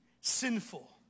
sinful